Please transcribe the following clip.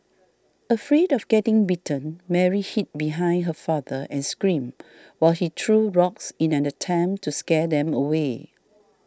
afraid of getting bitten Mary hid behind her father and screamed while he threw rocks in an attempt to scare them away